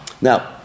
Now